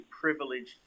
privileged